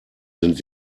sind